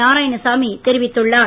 நாராயணசாமி தெரிவித்துள்ளார்